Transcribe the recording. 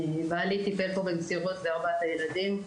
בעלי טיפל בו במסירות ובארבעת הילדים,